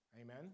Amen